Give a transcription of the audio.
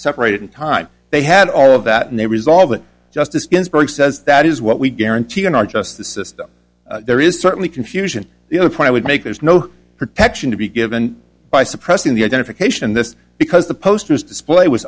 separated in time they had all of that and they resolved that justice ginsburg says that is what we guaranteed in our justice system there is certainly confusion the other point i would make there is no protection to be given by suppressing the identification this because the posters display was